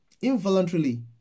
involuntarily